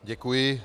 Děkuji.